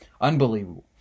Unbelievable